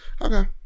Okay